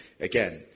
again